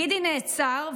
גידי נעצר,